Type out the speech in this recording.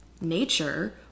nature